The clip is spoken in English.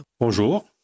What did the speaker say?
Bonjour